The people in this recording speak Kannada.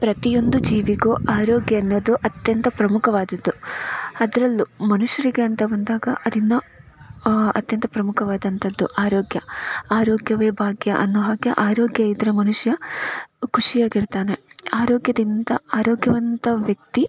ಪ್ರತಿಯೊಂದು ಜೀವಿಗೂ ಆರೋಗ್ಯ ಅನ್ನೋದು ಅತ್ಯಂತ ಪ್ರಮುಖವಾದದ್ದು ಅದರಲ್ಲೂ ಮನುಷ್ಯರಿಗೆ ಅಂತ ಬಂದಾಗ ಅದಿನ್ನೂ ಅತ್ಯಂತ ಪ್ರಮುಖವಾದಂಥದ್ದು ಆರೋಗ್ಯ ಆರೋಗ್ಯವೇ ಭಾಗ್ಯ ಅನ್ನೋ ಹಾಗೆ ಆರೋಗ್ಯ ಇದ್ದರೆ ಮನುಷ್ಯ ಖುಷಿಯಾಗಿರ್ತಾನೆ ಆರೋಗ್ಯದಿಂದ ಆರೋಗ್ಯವಂತ ವ್ಯಕ್ತಿ